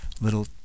little